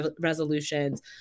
resolutions